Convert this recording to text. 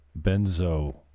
benzo